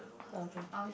louder